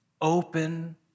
open